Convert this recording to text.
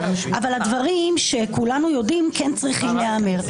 אבל הדברים שכולנו יודעים כן צריכים להיאמר.